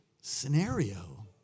scenario